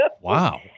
Wow